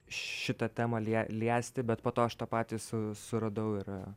šitą temą lie liesti bet po to aš tą patį su suradau ir